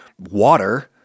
water